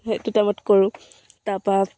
সেইটো টাইপত কৰোঁ তাৰপৰা